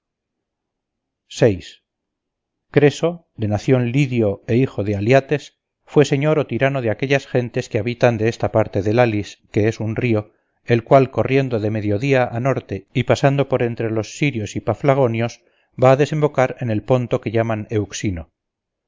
creso de nación lidio e hijo de aliates fue señor o tirano de aquellas gentes que habitan de esta parte del halis que es un río el cual corriendo de mediodía a norte y pasando por entre los sirios y paflagonios va a desembocar en el ponto que llaman euxino